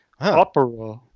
Opera